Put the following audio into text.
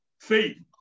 faith